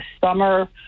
summer